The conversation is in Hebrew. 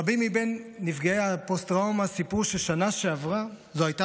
רבים מבין נפגעי הפוסט-טראומה סיפרו שהשנה שעברה זו הייתה